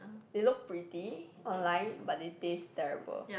they look pretty online but they taste terrible